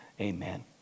Amen